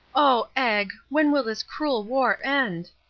oh, egg, when will this cruel war end?